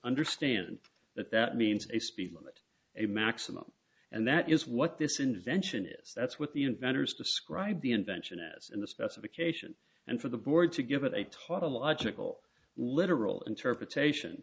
understand that that means a speed limit a maximum and that is what this invention is that's what the inventors describe the invention as in the specification and for the board to give it a tautological literal interpretation